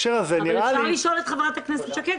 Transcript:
אפשר לשאול את חברת הכנסת שקד,